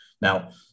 Now